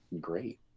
great